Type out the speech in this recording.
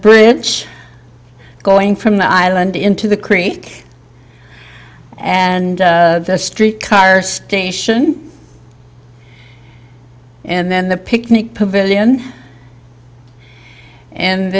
bridge going from the island into the creek and the street car station and then the picnic pavillion